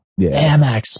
Amex